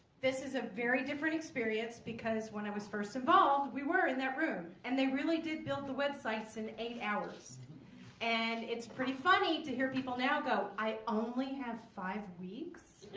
this is a very different experience because when i was first involved we were in that room and they really did build the web sites in eight hours and it's pretty funny to hear people now go i only have five weeks?